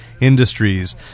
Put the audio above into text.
industries